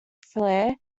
flare